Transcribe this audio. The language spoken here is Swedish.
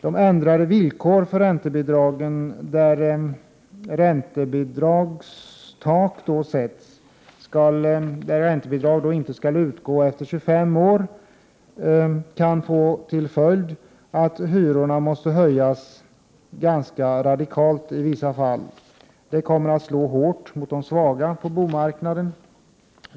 De ändrade villkoren för räntebidragen som innebär att man sätter ett räntetak på så sätt att räntebidrag inte skall utgå efter 25 år kan få till följd att hyrorna måste höjas ganska radikalt i vissa fall. Det kommer att slå hårt mot de svaga på bostadsmarknaden.